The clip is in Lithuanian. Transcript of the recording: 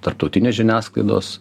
tarptautinės žiniasklaidos